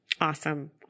Awesome